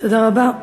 תודה רבה.